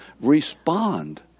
respond